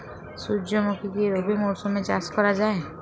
সুর্যমুখী কি রবি মরশুমে চাষ করা যায়?